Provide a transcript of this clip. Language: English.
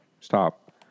Stop